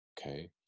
okay